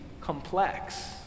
complex